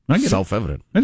Self-evident